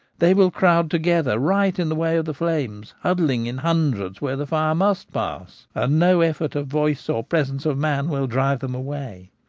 they will crowd together right in the way of the flames, huddling in hundreds where the fire must pass, and no effort of voice or presence of man will drive them away.